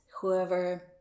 whoever